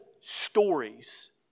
stories